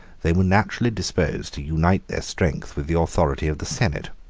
they were naturally disposed to unite their strength with the authority of the senate.